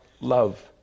love